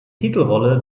titelrolle